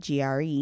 GRE